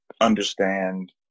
understand